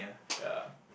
ya